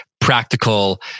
practical